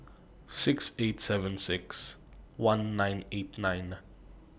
six eight seven six one nine eight nine